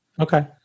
Okay